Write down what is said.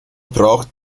braucht